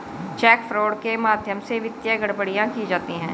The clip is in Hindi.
चेक फ्रॉड के माध्यम से वित्तीय गड़बड़ियां की जाती हैं